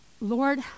Lord